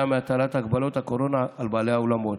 מהטלת הגבלות הקורונה על בעלי האולמות.